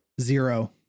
Zero